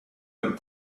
and